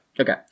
Okay